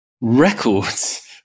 records